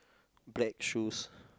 black shoes